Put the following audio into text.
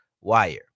Wire